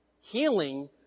Healing